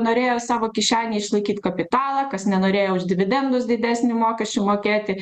norėjo savo kišenėj išlaikyt kapitalą kas nenorėjo už dividendus didesnių mokesčių mokėti